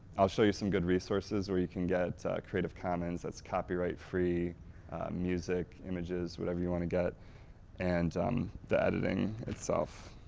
i'll show you some good resources where you can get creative commons, that's copyright free and music, images, whatever you want to get and the editing itself.